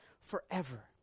forever